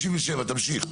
157, תמשיך.